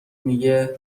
میگه